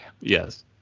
Yes